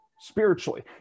spiritually